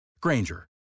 Granger